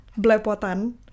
blepotan